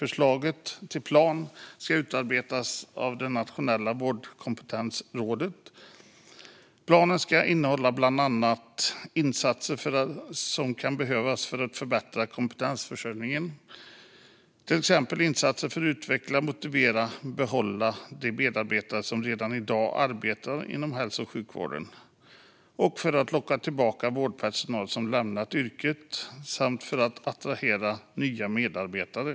Förslaget till plan ska utarbetas av Nationella vårdkompetensrådet. Planen ska bland annat innehålla insatser som kan behövas för att förbättra kompetensförsörjningen, till exempel insatser för att utveckla, motivera och behålla de medarbetare som redan i dag arbetar inom hälso och sjukvården, för att locka tillbaka vårdpersonal som lämnat yrket samt för att attrahera nya medarbetare.